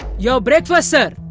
your breakfast sir